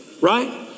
Right